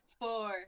four